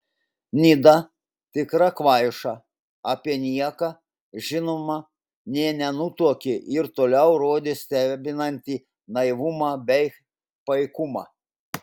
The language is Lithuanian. nida tikra kvaiša apie nieką žinoma nė nenutuokė ir toliau rodė stebinantį naivumą bei paikumą